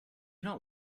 not